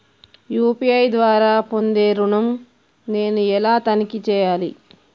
UPI ద్వారా పొందే ఋణం నేను ఎలా తనిఖీ చేయాలి?